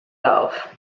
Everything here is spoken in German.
auf